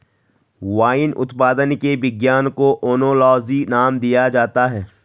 wine उत्पादन के विज्ञान को ओनोलॉजी नाम दिया जाता है